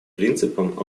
принципом